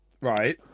Right